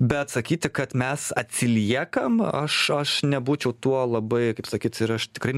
bet sakyti kad mes atsiliekam aš aš nebūčiau tuo labai kaip sakyt ir aš tikrai